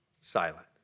silent